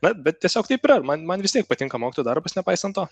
bet bet tiesiog taip yra man man vis tiek patinka mokytojo darbas nepaisant to